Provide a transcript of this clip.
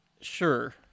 Sure